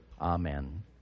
Amen